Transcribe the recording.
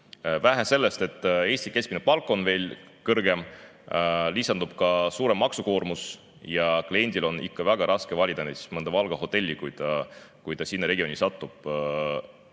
Vähe sellest, et Eestis on keskmine palk kõrgem, lisandub ka suurem maksukoormus ja kliendil on ikka väga raske valida näiteks mõnda Valga hotelli, kui ta sinna regiooni satub.